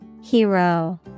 Hero